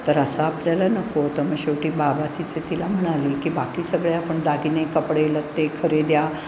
तर असं आपल्याला नको तर मग शेवटी बाबा तिचे तिला म्हणाले की बाकी सगळे आपण दागिने कपडेलत्ते खरेद्या